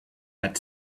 had